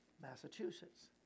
Massachusetts